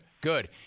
good